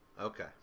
Okay